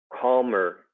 calmer